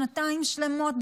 שנתיים שלמות,